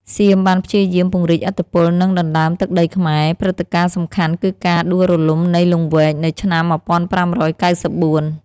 សៀមបានព្យាយាមពង្រីកឥទ្ធិពល និងដណ្តើមទឹកដីខ្មែរ ព្រឹត្តិការណ៍សំខាន់គឺការដួលរលំនៃលង្វែកនៅឆ្នាំ ១៥៩៤។